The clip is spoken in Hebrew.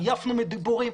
עייפנו מדיבורים,